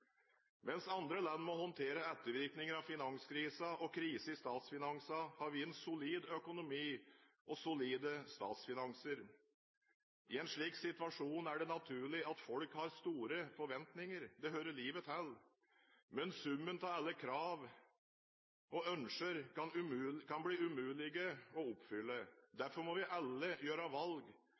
Mens andre land må håndtere ettervirkninger av finanskrisen og krise i statsfinansene, har vi en solid økonomi og solide statsfinanser. I en slik situasjon er det naturlig at folk har store forventninger. Det hører livet til. Men summen av alle krav og ønsker kan bli umulig å oppfylle. Derfor må vi alle gjøre valg.